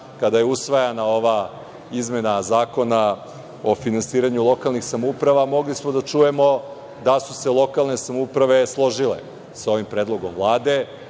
kada je usvajana ova izmena Zakona o finansiranju lokalnih samouprava, mogli smo da čujemo da su se lokalne samouprave složile sa ovim predlogom Vlade